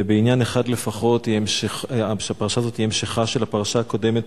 ובעניין אחד לפחות הפרשה הזאת היא המשכה של הפרשה הקודמת,